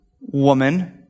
woman